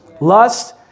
Lust